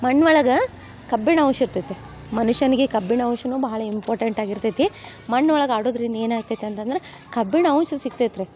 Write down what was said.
ಮಣ್ಣೊಳಗೆ ಕಬ್ಬಿಣ ಅಂಶ ಇರ್ತೈತಿ ಮನುಷ್ಯನಿಗೆ ಕಬ್ಬಿಣ ಅಂಶ್ನೂ ಭಾಳ ಇಂಪಾರ್ಟೆಂಟ್ ಆಗಿರ್ತೈತಿ ಮಣ್ಣೊಳಗೆ ಆಡುವುದ್ರಿಂದ ಏನಾಗ್ತೈತಿ ಅಂತಂದ್ರೆ ಕಬ್ಬಿಣ ಅಂಶ ಸಿಕ್ತೈತೆ ರೀ